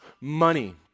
money